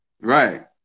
Right